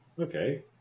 Okay